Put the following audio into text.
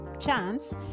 chance